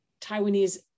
Taiwanese